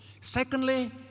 Secondly